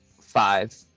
five